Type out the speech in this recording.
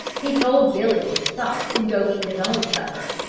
he told billy to stop and go eat his own supper,